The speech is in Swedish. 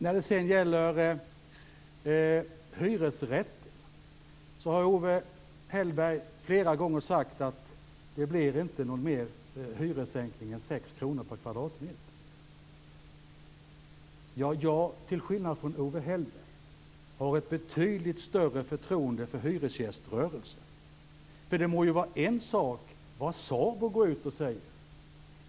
När det sedan gäller hyresrätter har Owe Hellberg flera gånger sagt att det inte blir någon mer hyressänkning än 6 kr per kvadratmeter. Jag har, till skillnad från Owe Hellberg, stort förtroende för hyresgäströrelsen. Det må vara en sak vad SABO går ut och säger.